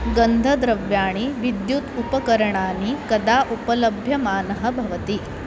गन्धद्रव्याणि विद्युत् उपकरणानि कदा उपलभ्यमानः भवति